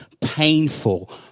painful